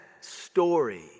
story